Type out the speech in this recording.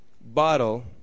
bottle